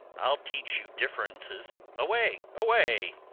i'll teach you differences away, away!